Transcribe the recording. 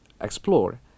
explore